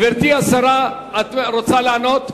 גברתי השרה, את רוצה לענות?